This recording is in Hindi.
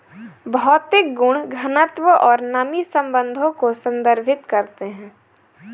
भौतिक गुण घनत्व और नमी संबंधों को संदर्भित करते हैं